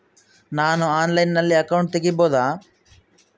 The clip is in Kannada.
ನಾನು ಆನ್ಲೈನಲ್ಲಿ ಅಕೌಂಟ್ ತೆಗಿಬಹುದಾ?